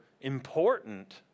important